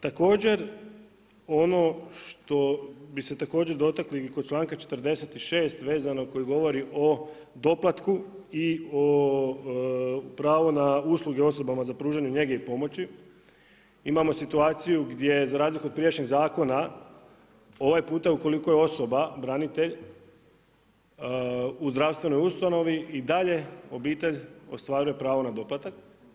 Također ono što bi se također dotakli kod čl.46. vezano koji govori o doplatku i o pravo na usluge za pružanje njege i pomoći, imamo situaciju, gdje za razliku od prijašnjeg zakona, ovaj puta ukoliko je osoba branitelj u zdravstvenoj ustanovi i dalje obitelj ostvaruje pravo na doplatak.